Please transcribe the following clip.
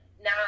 now